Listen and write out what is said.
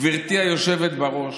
גברתי היושבת בראש,